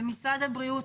משרד הבריאות,